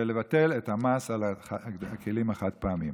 ולבטל את המס על הכלים החד-פעמיים.